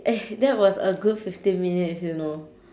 eh that was a good fifty minutes you know